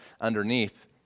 underneath